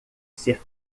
ser